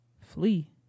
Flee